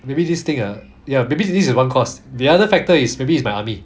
maybe this thing ah ya maybe this is one cause the other factor is maybe is my army